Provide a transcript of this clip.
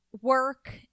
Work